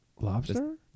Lobster